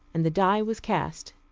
and the die was cast.